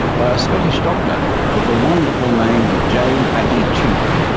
by a scottish doctor with the wonderful name of j batty tuke.